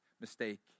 mistake